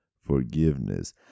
forgiveness